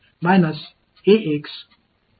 மாணவர் சரிதானே